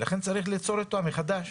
ולכן צריך ליצור אותה מחדש,